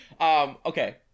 Okay